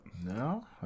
no